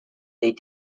they